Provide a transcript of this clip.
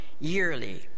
yearly